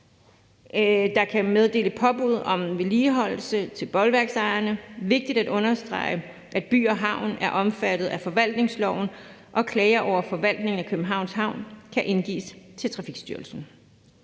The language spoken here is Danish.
der kan meddele påbud om vedligeholdelse til bolværksejerne, og det er vigtigt at understrege, at By & Havn er omfattet af forvaltningsloven, og at klager over forvaltningen i Københavns Havn kan gives til Trafikstyrelsen.